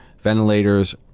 ventilators